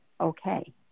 okay